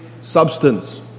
substance